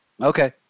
Okay